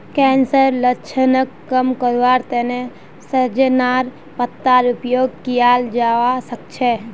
कैंसरेर लक्षणक कम करवार तने सजेनार पत्तार उपयोग कियाल जवा सक्छे